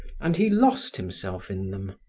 and he lost himself in them,